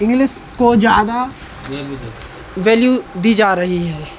English को ज़्यादा value दी जा रही है